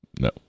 No